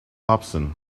hobson